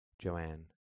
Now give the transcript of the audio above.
joanne